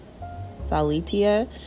Salitia